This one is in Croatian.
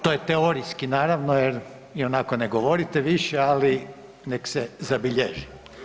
To je teorijski naravno, jer ionako ne govorite više, ali neka se zabilježi.